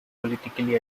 politically